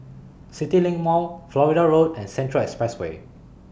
CityLink Mall Florida Road and Central Expressway